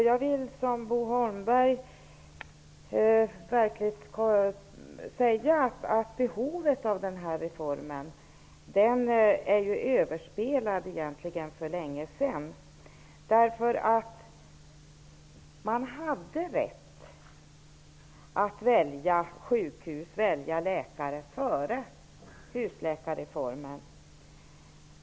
Jag håller med Bo Holmberg om att behovet av denna reform för länge sedan är överspelat. Man hade rätt att välja sjukhus och läkare innan husläkarreformen.